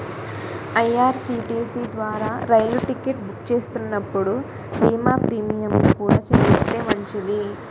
IRCTC ద్వారా రైలు ticket book చేస్తున్నప్పుడు బీమా ప్రీమియంను కూడా చెల్లిస్తే మంచిది